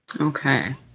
Okay